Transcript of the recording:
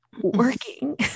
working